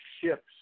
ships